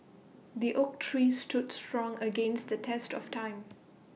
the oak tree stood strong against the test of time